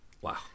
Wow